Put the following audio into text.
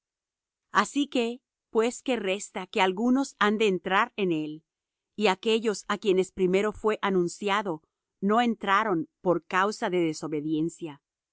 así que pues que resta que algunos han de entrar en él y aquellos á quienes primero fué anunciado no entraron por causa de desobediencia